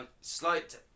slight